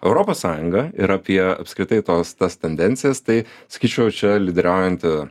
europos sąjungą ir apie apskritai tos tas tendencijas tai sakyčiau čia lyderiaujanti